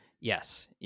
Yes